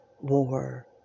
war